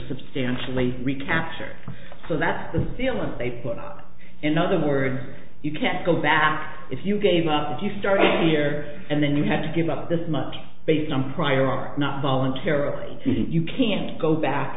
substantially recapture so that the feeling they put in other words you can't go back if you gave up if you started a year and then you had to give up this much based on prior are not voluntarily you can't go back